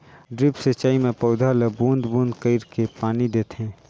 drip सिंचई मे पउधा ल बूंद बूंद कईर के पानी देथे